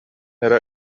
эрэ